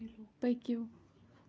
پٔکِو